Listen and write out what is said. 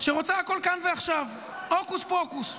שרוצה הכול כאן ועכשיו, הוקוס פוקוס.